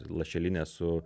lašelinė su